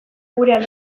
gurean